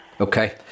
Okay